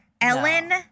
Ellen